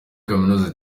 kaminuza